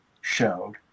showed